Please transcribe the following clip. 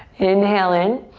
inhale in.